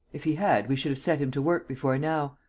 if he had, we should have set him to work before now.